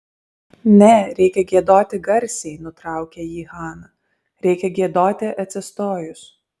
ne reikia giedoti garsiai nutraukė jį hana reikia giedoti atsistojus